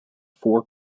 four